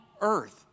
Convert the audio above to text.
earth